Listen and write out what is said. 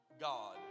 God